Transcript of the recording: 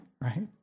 right